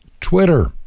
Twitter